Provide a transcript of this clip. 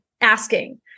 asking